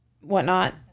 whatnot